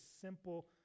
simple